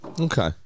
Okay